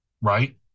right